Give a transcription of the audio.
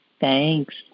Thanks